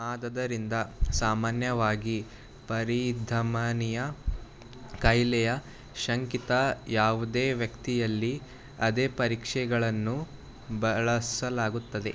ಆದ್ದರಿಂದ ಸಾಮಾನ್ಯವಾಗಿ ಪರಿಧಮನಿಯ ಕಾಯಿಲೆಯ ಶಂಕಿತ ಯಾವುದೇ ವ್ಯಕ್ತಿಯಲ್ಲಿ ಅದೇ ಪರೀಕ್ಷೆಗಳನ್ನು ಬಳಸಲಾಗುತ್ತದೆ